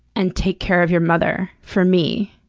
and take care of your mother for me,